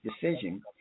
decision